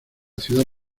ciudad